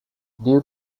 due